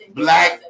black